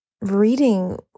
reading